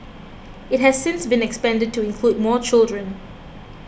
it has since been expanded to include more children